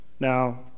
Now